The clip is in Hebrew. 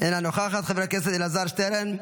אינה נוכחת, חבר הכנסת אלעזר שטרן,